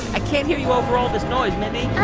i can't hear you over all this noise, mindy